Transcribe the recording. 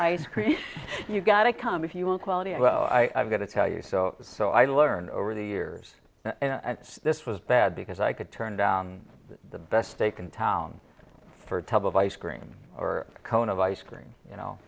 ice cream you've gotta come if you will quality of well i've got to tell you so so i learned over the years and this was bad because i could turn down the best they can town for a tub of ice cream or cone of ice cream you know